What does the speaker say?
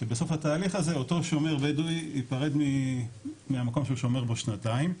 שבסוף התהליך הזה אותו שומר בדואי ייפרד מהמקום שהוא שומר בו שנתיים,